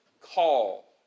call